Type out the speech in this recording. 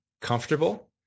comfortable